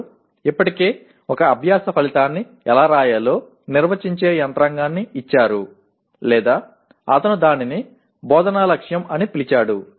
వారు ఇప్పటికే ఒక అభ్యాస ఫలితాన్ని ఎలా వ్రాయాలో నిర్వచించే యంత్రాంగాన్ని ఇచ్చారు లేదా అతను దానిని బోధనా లక్ష్యం అని పిలిచాడు